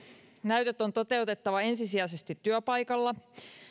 näytöt on toteutettava ensisijaisesti työpaikalla